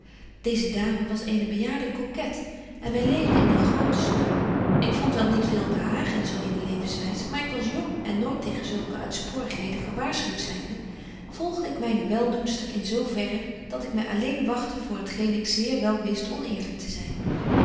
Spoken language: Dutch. deeze dame was eene bejaarde coquette en wy leefden in den groten smaak ik vond wel niet veel behagen in zo eene levenswys maar ik was jong en nooit tegen zulke uitsporigheden gewaarschuwt zynde volgde ik myne weldoenster in zo verre dat ik my alleen wagtte voor het geen ik zeer wel wist oneerlyk te zyn